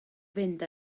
fynd